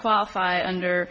qualify under